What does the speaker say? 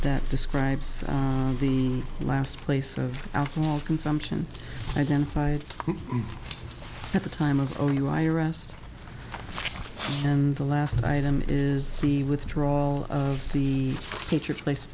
that describes the last place of alcohol consumption identified at the time of only lie arrest and the last item is the withdrawal of the teacher place